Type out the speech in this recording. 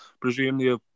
Presumably